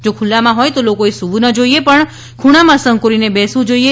જો ખુલ્લામાં હોય તો લોકોએ સૂવું ના જોઈએ પણ ખૂણામાં સંકોરીને બેસવું જોઈએ